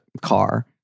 car